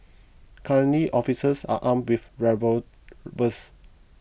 currently officers are armed with revolvers